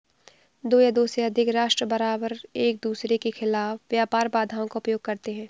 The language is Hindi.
दो या दो से अधिक राष्ट्र बारबार एकदूसरे के खिलाफ व्यापार बाधाओं का उपयोग करते हैं